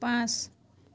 পাঁচ